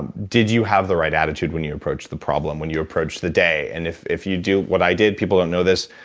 and did you have the right attitude when you approached the problem, when you approached the day. and if if you do what i did people don't know this,